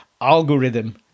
algorithm